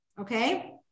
okay